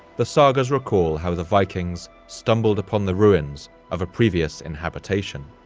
the sagas recall how the vikings stumbled upon the ruins of a previous inhabitation.